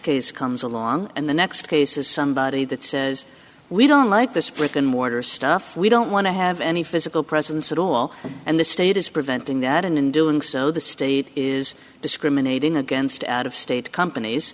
case comes along and the next case is somebody that says we don't like this brick and mortar stuff we don't want to have any physical presence at all and the state is preventing that and in doing so the state is discriminating against out of state companies